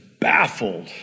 baffled